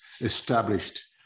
established